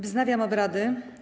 Wznawiam obrady.